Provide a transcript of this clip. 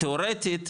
תאורטית,